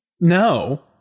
No